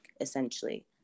essentially